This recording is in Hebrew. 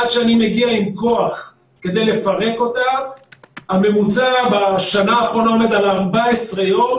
עד שאני מגיע עם כוח כדי לפרק אותה הממוצע בשנה האחרונה עומד על 14 יום.